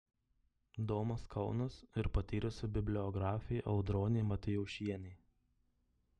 domas kaunas ir patyrusi bibliografė audronė matijošienė